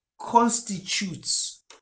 constitutes